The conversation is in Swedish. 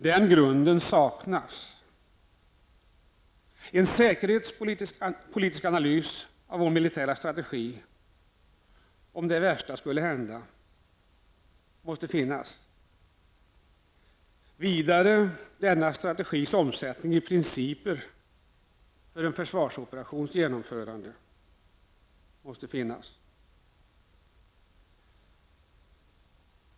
Den grunden saknas. Det måste finnas en säkerhetspolitisk analys av vår militära strategi, om det värsta skulle hända. Vidare måste också denna strategis omsättning i principer för en försvarsoperations genomförande finnas.